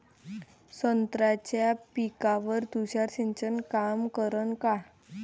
संत्र्याच्या पिकावर तुषार सिंचन काम करन का?